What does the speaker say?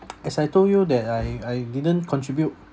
as I told you that I I didn't contribute